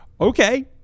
okay